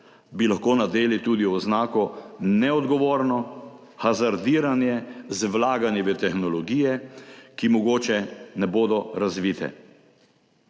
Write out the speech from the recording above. bi lahko nadeli tudi oznako neodgovorno hazardiranje z vlaganji v tehnologije, ki mogoče ne bodo razvite.